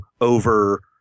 over